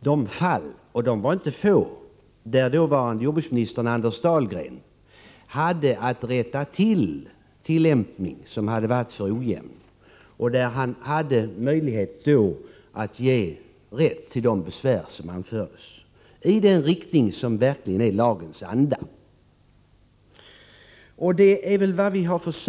de fall — och de är inte få — där dåvarande jordbruksministern Anders Dahlgren hade att rätta till alltför ojämna tillämpningar. Han hade möjlighet att ge rättelse för dem som anfört besvär, så att tillämpningen verkligen bringades i överensstämmelse med lagens anda.